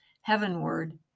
heavenward